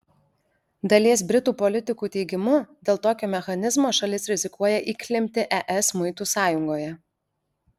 dalies britų politikų teigimu dėl tokio mechanizmo šalis rizikuoja įklimpti es muitų sąjungoje